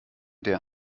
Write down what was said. der